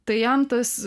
tai jam tas